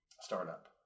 startup